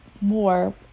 more